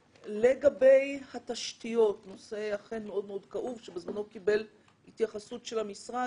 לגבי התשתיות אכן נושא מאוד מאוד כאוב שבזמנו קיבל התייחסות של המשרד,